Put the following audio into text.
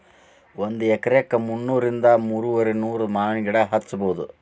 ಒಂದ ಎಕರೆಕ ಮುನ್ನೂರಿಂದ ಮೂರುವರಿನೂರ ಮಾವಿನ ಗಿಡಾ ಹಚ್ಚಬೌದ